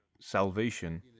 salvation